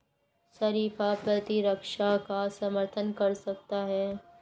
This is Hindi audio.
शरीफा प्रतिरक्षा का समर्थन कर सकता है